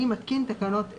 אני מתקין תקנות אלה: